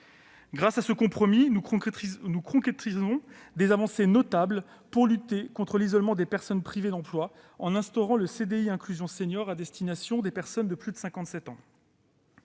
Grâce à ce compromis, nous concrétisons des avancées notables pour lutter contre l'isolement des personnes privées d'emploi en instaurant le « CDI inclusion senior » à destination des personnes de plus de 57 ans.